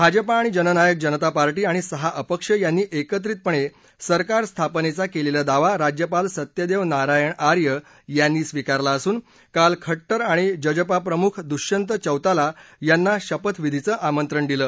भाजपा आणि जननायक जनता पार्टी आणि सहा अपक्ष यांनी एकत्रितपणे सरकार स्थापनेचा केलेला दावा राज्यपाल सत्यदेव नारायण आर्य यांनी स्वीकारला असून काल खट्टर आणि जजपा प्रमुख दुध्यन्त चौताला यांना शपथविधीचं आमंत्रण दिलं